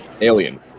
Alien